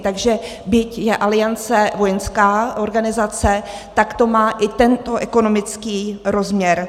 Takže byť je Aliance vojenská organizace, tak to má i tento ekonomický rozměr.